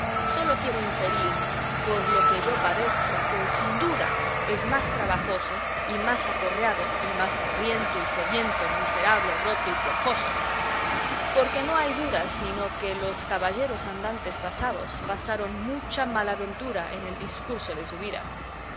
sólo quiero inferir por lo que yo padezco que sin duda es más trabajoso y más aporreado y más hambriento y sediento miserable roto y piojoso porque no hay duda sino que los caballeros andantes pasados pasaron mucha malaventura en el discurso de su vida